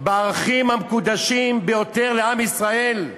בערכים המקודשים ביותר לעם ישראל,